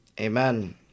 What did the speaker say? Amen